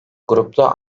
grupta